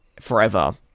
forever